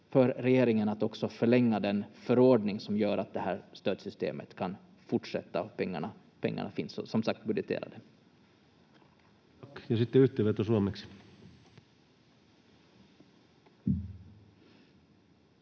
Ja sitten yhteenveto suomeksi.